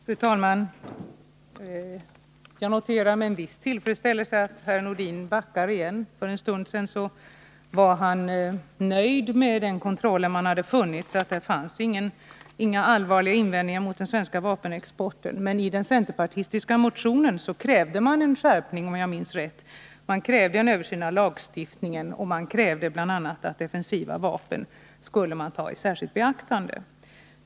Fru talman! Jag noterar med en viss tillfredsställelse att herr Nordin backar igen. För en stund sedan var han nöjd med kontrollen. Man hade funnit att det inte fanns några allvarliga invändningar mot den svenska vapenexporten. Men i den centerpartistiska motionen krävde man en skärpning, om jag minns rätt, man krävde en översyn av lagstiftningen och man krävde att bl.a. defensiva vapen skulle tas i särskilt beaktande.